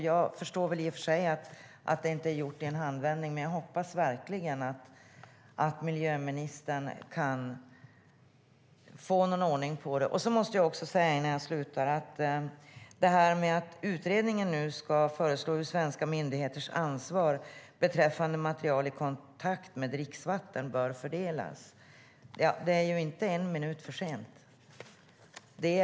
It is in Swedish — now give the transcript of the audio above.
Jag förstår i och för sig att det inte är gjort i en handvändning, men jag hoppas verkligen att miljöministern kan få ordning på det här. Innan jag slutar vill jag ta upp detta med utredningen som ska föreslå hur svenska myndigheters ansvar beträffande material i kontakt med dricksvatten ska fördelas. Ja, det är ju inte en minut för tidigt.